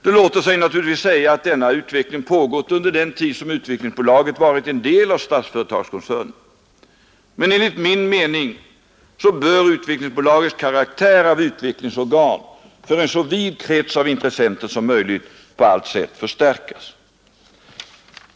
Det låter sig naturligtvis säga att denna utveckling pågått under den tid som Utvecklingsbolaget varit en del av Statsföretagskoncernen. Men enligt min uppfattning bör Utvecklingsbolagets karaktär av utvecklingsorgan för en så vid krets av intressenter som möjligt på allt sätt förstärkas.